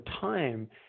time